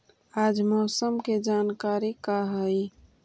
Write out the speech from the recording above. आज मौसम के जानकारी का हई?